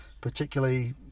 particularly